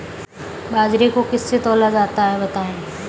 बाजरे को किससे तौला जाता है बताएँ?